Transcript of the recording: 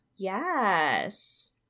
Yes